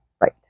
Right